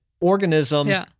organisms